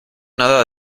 nada